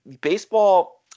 baseball –